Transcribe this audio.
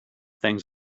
things